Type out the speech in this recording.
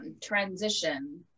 transition